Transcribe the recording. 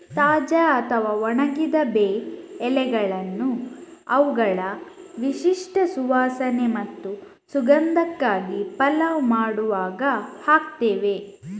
ತಾಜಾ ಅಥವಾ ಒಣಗಿದ ಬೇ ಎಲೆಗಳನ್ನ ಅವುಗಳ ವಿಶಿಷ್ಟ ಸುವಾಸನೆ ಮತ್ತು ಸುಗಂಧಕ್ಕಾಗಿ ಪಲಾವ್ ಮಾಡುವಾಗ ಹಾಕ್ತೇವೆ